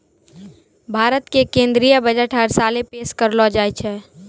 भारत के केन्द्रीय बजट हर साले पेश करलो जाय छै